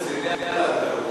רציני על התרבות הזאת?